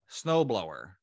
snowblower